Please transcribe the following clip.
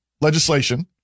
legislation